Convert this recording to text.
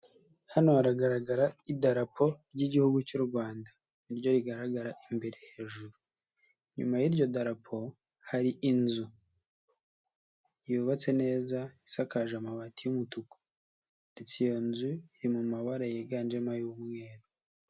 Hano haragaragara Idarapo ry'Igihugu cy'u Rwanda ni ryo rigaragara imbere hejuru, inyuma y'iryo darapo hari inzu yubatse neza isakaje amabati y'umutuku, ndetse iyo nzu iri mu mabara yiganjemo ay'umweru.